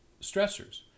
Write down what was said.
stressors